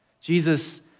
Jesus